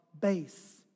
base